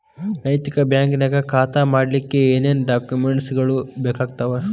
ನೈತಿಕ ಬ್ಯಾಂಕ ನ್ಯಾಗ್ ಖಾತಾ ಮಾಡ್ಲಿಕ್ಕೆ ಏನೇನ್ ಡಾಕುಮೆನ್ಟ್ ಗಳು ಬೇಕಾಗ್ತಾವ?